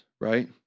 right